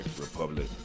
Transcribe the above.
Republic